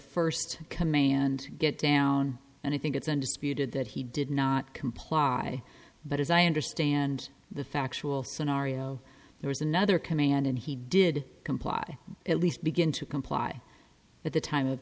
first command get down and i think it's undisputed that he did not comply but as i understand the factual scenario there was another command and he did comply at least begin to comply at the time of